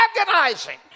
Agonizing